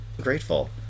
grateful